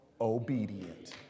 obedient